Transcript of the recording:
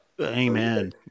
Amen